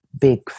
big